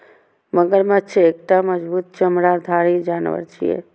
मगरमच्छ एकटा मजबूत चमड़ाधारी जानवर छियै